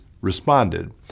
responded